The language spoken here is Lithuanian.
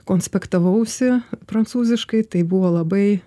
konspektavausi prancūziškai tai buvo labai